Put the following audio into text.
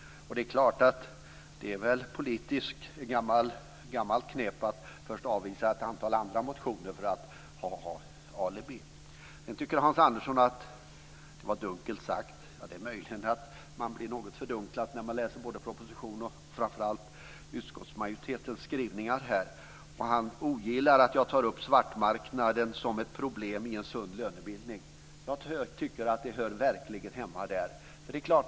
Det är väl ett gammalt politiskt knep att först avvisa ett antal andra motioner för att få alibi. Hans Andersson tycker att det jag sade var dunkelt sagt. Det är möjligt att man blir något fördunklad när man läser propositionen och framför allt utskottsmajoritetens skrivningar. Han ogillar att jag tar upp svartmarknaden som ett problem i en sund lönebildning. Jag tycker att den verkligen hör hemma där.